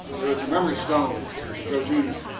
there is a memory stone for joe, jr.